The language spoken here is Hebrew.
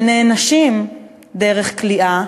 שנענשים דרך כליאה,